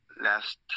last